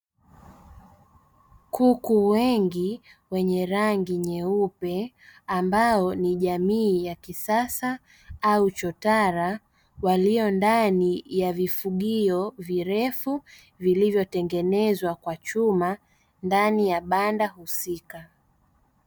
Kuku wengi wenye rangi nyeupe, ambao ni jamii ya kisasa au chotara, walio ndani ya vifugio virefu vilivyotengenezwa kwa chuma ndani ya banda husika.